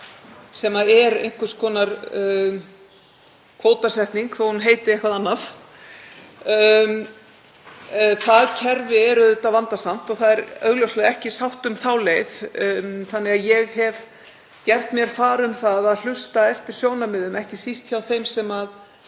sem er einhvers konar kvótasetning þó að hún heiti eitthvað annað. Það kerfi er auðvitað vandasamt og það er augljóslega ekki sátt um þá leið þannig að ég hef gert mér far um að hlusta eftir sjónarmiðum, ekki síst hjá þeim sem